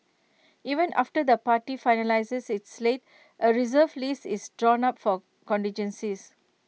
even after the party finalises its slate A Reserve List is drawn up for contingencies